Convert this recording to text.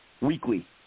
weekly